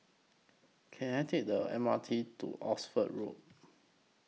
Can I Take The M R T to Oxford Road